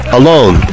alone